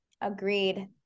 Agreed